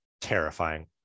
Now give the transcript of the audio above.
terrifying